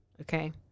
Okay